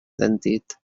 sentit